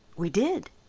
we did,